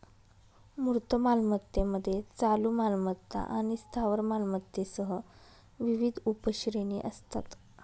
मूर्त मालमत्तेमध्ये चालू मालमत्ता आणि स्थावर मालमत्तेसह विविध उपश्रेणी असतात